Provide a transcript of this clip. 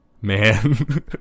man